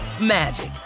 magic